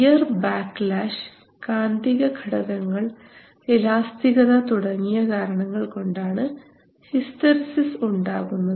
gear backlash കാന്തിക ഘടകങ്ങൾ ഇലാസ്തികത തുടങ്ങിയ കാരണങ്ങൾ കൊണ്ടാണ് ഹിസ്റ്ററിസിസ് ഉണ്ടാകുന്നത്